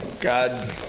God